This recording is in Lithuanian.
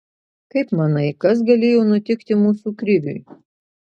kaip manai kas galėjo nutikti mūsų kriviui